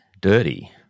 dirty